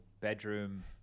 bedroom